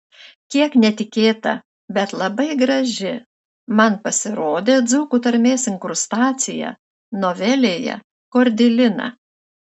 kiek netikėta bet labai graži man pasirodė dzūkų tarmės inkrustacija novelėje kordilina